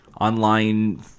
online –